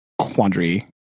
quandary